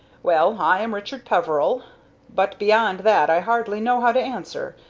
well, i am richard peveril but beyond that i hardly know how to answer.